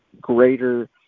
greater